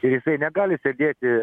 ir jisai negali sėdėti